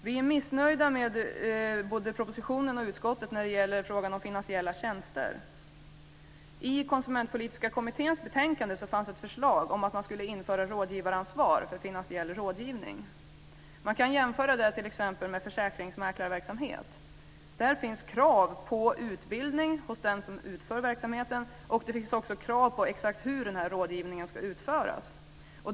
Vi är missnöjda med både propositionen och utskottets betänkande när det gäller frågan om finansiella tjänster. I Konsumentpolitiska kommitténs betänkande fanns ett förslag om att införa rådgivaransvar för finansiell rådgivning. Man kan jämföra det t.ex. med försäkringsmäklarverksamhet. Där finns krav på utbildning hos den som utför verksamheten och krav på exakt hur rådgivningen ska utföras.